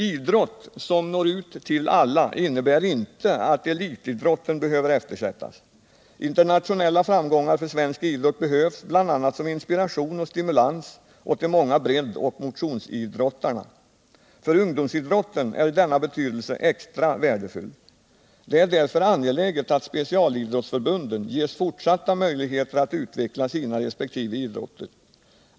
Idrott, som når ut till alla, innebär inte att elitidrotten behöver eftersättas. Internationella framgångar för svensk idrott behövs bl.a. som inspiration och stimulans åt de många breddoch motionsidrotterna. För ungdomsidrotten är denna stimulans extra värdefull. Det är därför angeläget att specialidrottsförbunden ges fortsatta möjligheter att utveckla sina resp. idrotter.